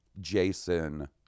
Jason